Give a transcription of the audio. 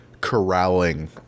corralling